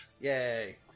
Yay